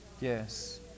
yes